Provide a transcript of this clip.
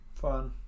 Fun